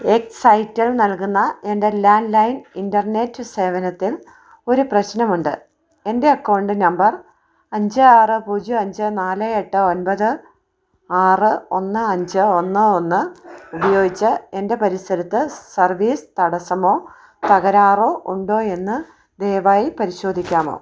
എക്സൈറ്റൽ നൽകുന്ന എൻ്റെ land line internet സേവനത്തിൽ ഒരു പ്രശ്നമുണ്ട് എൻ്റെ അക്കൗണ്ട് നമ്പർ അഞ്ച് ആറ് പൂജ്യം അഞ്ച് നാല് എട്ട് ഒൻപത് ആറ് ഒന്ന് അഞ്ച് ഒന്ന് ഒന്ന് ഉപയോഗിച്ച് എൻ്റെ പരിസരത്ത് സർവീസ് തടസ്സമോ തകരാറോ ഉണ്ടോയെന്ന് ദയവായി പരിശോധിക്കാമോ